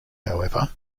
however